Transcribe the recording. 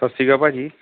ਸਤਿ ਸ਼੍ਰੀ ਅਕਾਲ ਭਾਅ ਜੀ